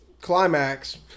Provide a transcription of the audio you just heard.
climax